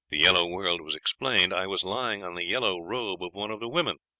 the yellow world was explained. i was lying on the yellow robe of one of the women.